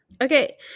Okay